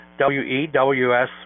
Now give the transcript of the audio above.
WEWS